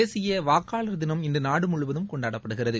தேசிய வாக்காளர் தினம் இன்று நாடு முழுவதும் கொண்டாடப்படுகிறது